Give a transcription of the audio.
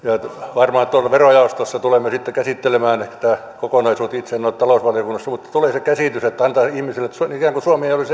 varmaan verojaostossa tulemme sitten käsittelemään tätä kokonaisuutta itse en ole talousvaliokunnassa mutta tulee se kuva että annetaan ihmisille käsitys että ikään kuin suomi ei olisi